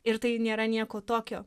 ir tai nėra nieko tokio